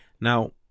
now